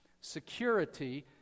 Security